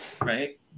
right